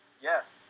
Yes